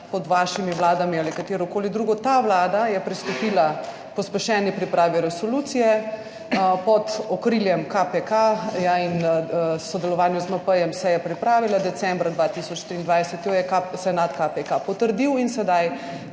pod vašimi vladami ali katerokoli drugo. Ta Vlada je pristopila k pospešeni pripravi resolucije pod okriljem KPK in v sodelovanju z MP se je pripravila, decembra 2023 jo je senat KPK potrdil in sedaj